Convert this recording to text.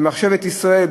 במחשבת ישראל,